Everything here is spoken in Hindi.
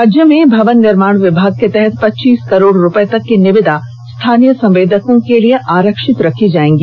राज्य में भवन निर्माण विभाग के तहत पच्चीस करोड़ रुपये तक की निविदा स्थानीय संवेदकों के लिए आरक्षित रखी जायेगी